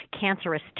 cancerous